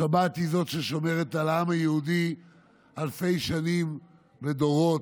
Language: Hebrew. השבת היא ששומרת על העם היהודי אלפי שנים ודורות.